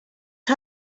was